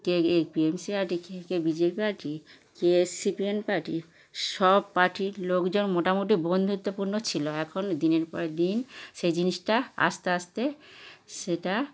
K A T M C party কে কে B J P party কে C P M party সব পার্টির লোকজন মোটামুটি বন্ধুত্বপূর্ণ ছিল এখন দিনের পর দিন সেই জিনিসটা আস্তে আস্তে সেটা